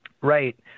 Right